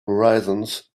horizons